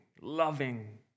loving